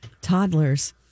toddlers